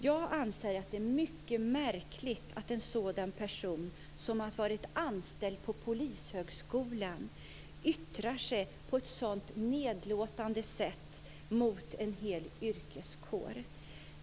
Jag anser att det är mycket märkligt att en sådan person, som har varit anställd på Polishögskolan, yttrar sig på ett så nedlåtande sätt mot en hel yrkeskår.